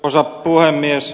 arvoisa puhemies